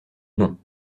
non